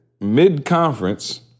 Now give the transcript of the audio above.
Mid-conference